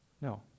No